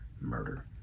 murder